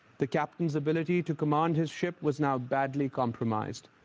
the captain's ability to command his ship was now badly compromised,